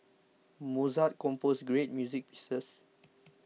Mozart composed great music pieces